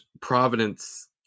providence